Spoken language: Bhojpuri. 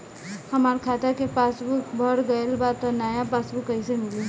हमार खाता के पासबूक भर गएल बा त नया पासबूक कइसे मिली?